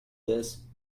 this